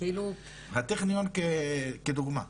הטכניון כדוגמה.